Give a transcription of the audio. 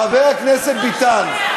חבר הכנסת ביטן,